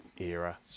era